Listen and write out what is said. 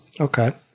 Okay